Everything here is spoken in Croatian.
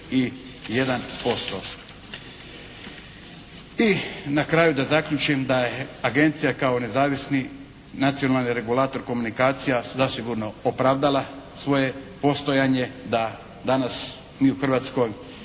I na kraju da zaključim da je Agencija kao nezavisni nacionalni regulator komunikacija zasigurno opravdala svoje postoje, da danas mi u Hrvatskoj